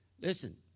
Listen